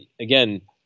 again